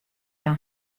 hja